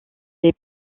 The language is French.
les